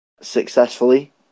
successfully